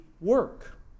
work